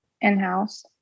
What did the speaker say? in-house